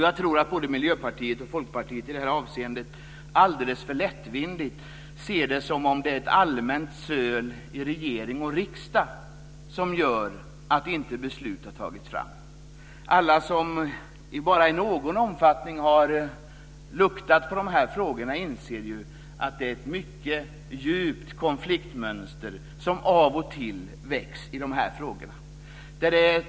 Jag tror att både Miljöpartiet och Folkpartiet i det här avseendet alldeles för lättvindigt ser det som att det är ett allmänt söl i regering och riksdag som gör att inte beslut har tagits fram. Alla som bara i någon omfattning har luktat på de här frågorna inser ju att det är ett mycket djupt konfliktmönster som av och till väcks i de här frågorna.